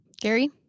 Gary